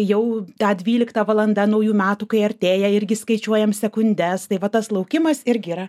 jau ta dvylikta valanda naujų metų kai artėja irgi skaičiuojam sekundes tai va tas laukimas irgi yra